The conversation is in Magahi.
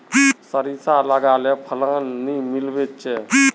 सारिसा लगाले फलान नि मीलचे?